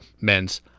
men's